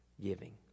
giving